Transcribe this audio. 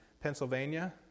Pennsylvania